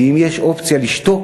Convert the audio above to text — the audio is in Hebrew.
ואם יש אופציה לשתוק,